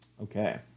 Okay